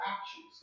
actions